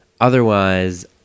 otherwise